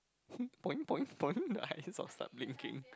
boing boing boing the eyes will start blinking